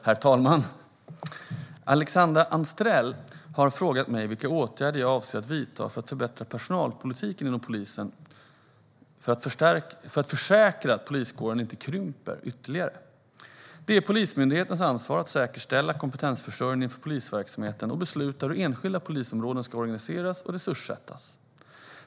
Herr talman! Alexandra Anstrell har frågat mig vilka åtgärder jag avser att vidta för att förbättra personalpolitiken inom polisen för att försäkra att poliskåren inte krymper ytterligare. Det är Polismyndighetens ansvar att säkerställa kompetensförsörjningen för polisverksamheten och besluta hur enskilda polisområden ska organiseras och resurssättas.